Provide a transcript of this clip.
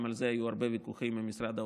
גם על זה היו הרבה ויכוחים עם משרד האוצר,